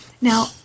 now